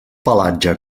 pelatge